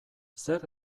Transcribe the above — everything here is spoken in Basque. zer